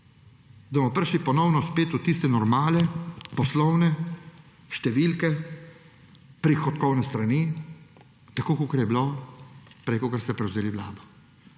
da bomo prišli ponovno spet v tiste normalne poslovne številke prihodkovne strani, tako kot je bilo prej, ko ste prevzeli vlado.